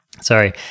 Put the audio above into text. sorry